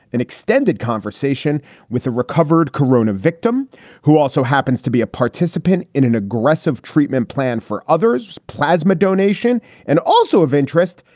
an extended conversation with a recovered corona victim who also happens to be a participant in an aggressive treatment plan for others. plasma donation and also of interest.